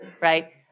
right